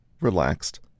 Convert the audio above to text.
relaxed